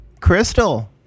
Crystal